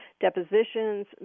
depositions